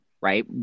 Right